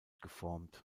geformt